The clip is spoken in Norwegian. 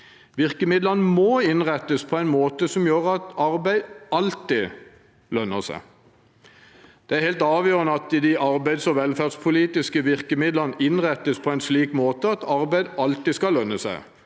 Virkemidlene må innrettes på en måte som gjør at arbeid alltid lønner seg. Det er helt avgjørende at de arbeids- og velferdspolitiske virkemidlene innrettes på en slik måte at arbeid alltid skal lønne seg,